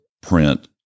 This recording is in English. print